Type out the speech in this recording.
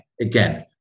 again